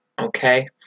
okay